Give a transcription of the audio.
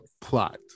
plot